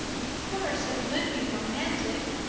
of course it would be romantic,